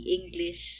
English